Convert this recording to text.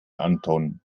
anton